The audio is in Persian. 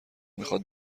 میخواد